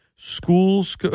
Schools